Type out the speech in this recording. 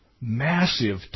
massive